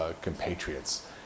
compatriots